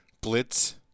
Blitz